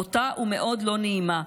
בוטה ומאוד לא נעימה,